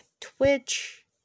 Twitch